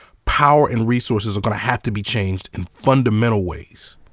power and resources are gonna have to be changed in fundamental ways.